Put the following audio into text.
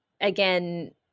again